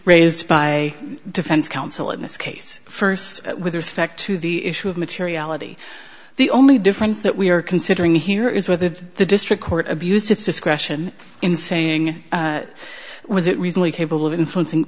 raised by defense counsel in this case first with respect to the issue of materiality the only difference that we are considering here is whether the district court abused its discretion in saying was it recently capable of influencing